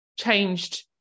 changed